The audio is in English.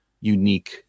unique